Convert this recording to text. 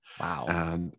Wow